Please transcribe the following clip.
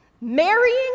Marrying